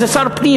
איזה שר פנים,